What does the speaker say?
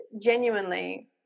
genuinely